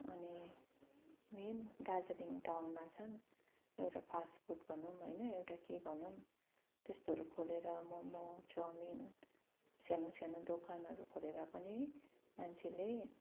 अनि मेन दार्जिलिङ टाउनमा चाहिँ एउटा फास्ट फुड भनौँ होइन एउटा के भनौँ त्यस्तोहरू खोलेर मम चाउमिन सानो सानो दोकानहरू खोलेर पनि मान्छेले